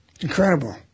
Incredible